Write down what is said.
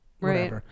Right